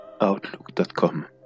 outlook.com